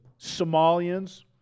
Somalians